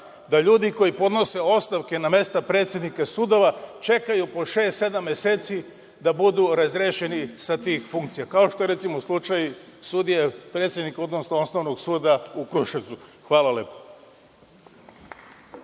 da ljudi koji podnose ostavke na mesta predsednika sudova čekaju po šest-sedam meseci da budu razrešeni sa tih funkcija, kao što, recimo, slučaj sudije, predsednika Osnovnog suda u Kruševcu. Hvala lepo.